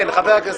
כן,